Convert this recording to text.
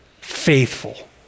faithful